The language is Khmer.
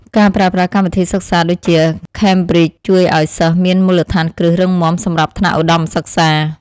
ការប្រើប្រាស់កម្មវិធីសិក្សាដូចជាខេមប្រីជជួយឱ្យសិស្សមានមូលដ្ឋានគ្រឹះរឹងមាំសម្រាប់ថ្នាក់ឧត្តមសិក្សា។